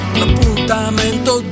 l'appuntamento